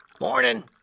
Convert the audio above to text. Morning